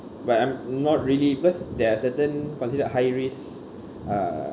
but I'm not really because there are certain considered high risk uh